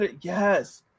Yes